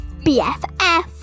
bff